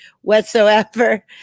whatsoever